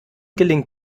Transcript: gelingt